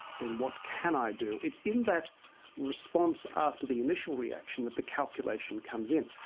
then what can i do? it's in that response after the initial reaction that the calculation comes in.